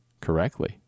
correctly